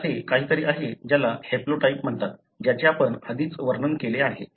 हे असे काहीतरी आहे ज्याला हॅप्लोटाइप म्हणतात ज्याचे आपण आधीच वर्णन केले आहे